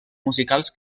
musicals